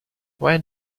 when